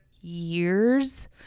years